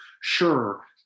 Sure